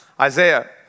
Isaiah